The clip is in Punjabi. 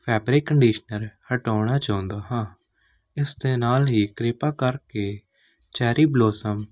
ਫੈਬਰਿਕ ਕੰਡੀਸ਼ਨਰ ਹਟਾਉਣਾ ਚਾਹੁੰਦਾ ਹਾਂ ਇਸ ਦੇ ਨਾਲ਼ ਹੀ ਕਿਰਪਾ ਕਰਕੇ ਚੈਰੀ ਬਲੋਸਮ